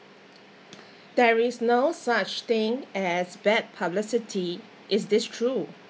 there is no such thing as bad publicity is this true